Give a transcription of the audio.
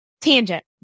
tangent